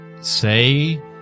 say